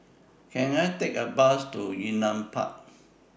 Can I Take A Bus to Yunnan Park